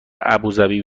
ابوذبی